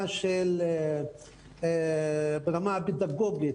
ברמה הפדגוגית,